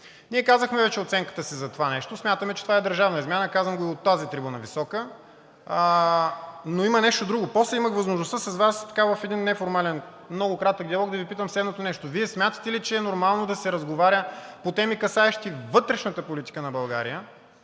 Ние казахме вече оценката си за това нещо – смятаме, че това е държавна измяна. Казвам го и от тази висока трибуна. Но има нещо друго. Имах възможността в един неформален много кратък диалог с Вас да Ви попитам следното: „Вие смятате ли, че е нормално да се разговаря по теми, касаещи вътрешната политика на България